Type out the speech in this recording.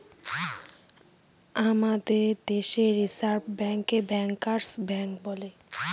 আমাদের দেশে রিসার্ভ ব্যাঙ্কে ব্যাঙ্কার্স ব্যাঙ্ক বলে